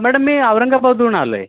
madam मी औरंगाबादहून आलो आहे